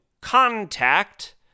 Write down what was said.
contact